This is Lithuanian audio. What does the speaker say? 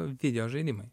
video žaidimai